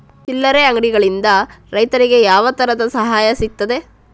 ಚಿಲ್ಲರೆ ಅಂಗಡಿಗಳಿಂದ ರೈತರಿಗೆ ಯಾವ ತರದ ಸಹಾಯ ಸಿಗ್ತದೆ?